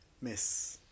miss